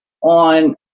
on